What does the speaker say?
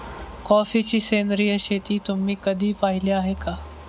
कॉफीची सेंद्रिय शेती तुम्ही कधी पाहिली आहे का?